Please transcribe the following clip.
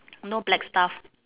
no black stuff